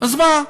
אז מה?